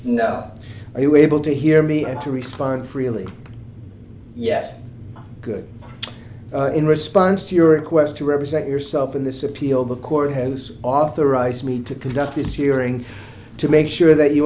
no are you able to hear me and to respond freely yes good in response to your request to represent yourself in this appeal the court has authorized me to conduct this hearing to make sure that you